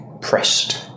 Pressed